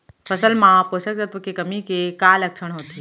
फसल मा पोसक तत्व के कमी के का लक्षण होथे?